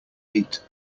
heat